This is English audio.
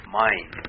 mind